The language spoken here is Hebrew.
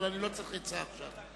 אבל אני לא צריך עצה עכשיו.